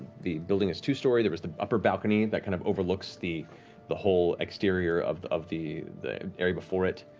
the building is two stories. there is the upper balcony that kind of overlooks the the whole exterior of of the the area before it.